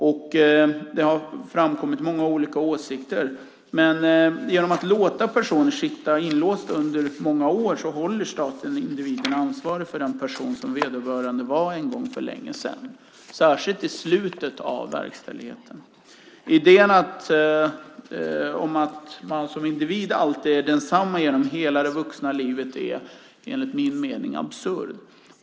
Det har i debatten framkommit många olika åsikter. Men genom att låta personer sitta inlåsta under många år håller staten individen ansvarig för den person som vederbörande var en gång för länge sedan. Särskilt gäller detta mot slutet av verkställigheten. Idén om att man som individ alltid är densamma genom hela det vuxna livet är enligt min mening absurd.